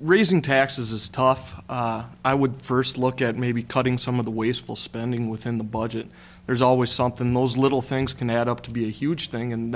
raising taxes is tough i would first look at maybe cutting some of the wasteful spending within the budget there's always something those little things can add up to be a huge thing and